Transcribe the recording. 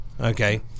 Okay